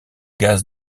gaz